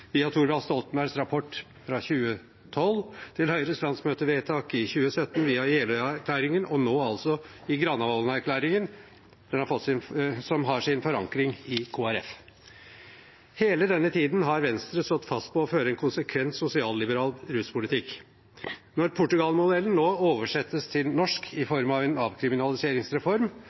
bygater, via Thorvald Stoltenbergs rapport fra 2012, til Høyres landsmøtevedtak i 2017, via Jeløya-plattformen og nå altså Granavolden-plattformen, som har sin forankring i Kristelig Folkeparti. Hele denne tiden har Venstre stått fast på å føre en konsekvent sosialliberal ruspolitikk. Når Portugal-modellen nå oversettes til norsk i form av en avkriminaliseringsreform,